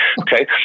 Okay